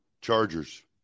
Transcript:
Chargers